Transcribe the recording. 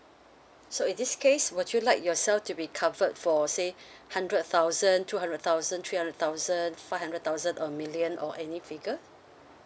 so in this case would you like yourself to be covered for say hundred thousand two hundred thousand three hundred thousand five hundred thousand a million or any figure